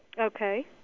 Okay